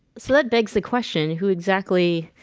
so that begs the question who exactly